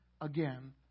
again